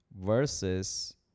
versus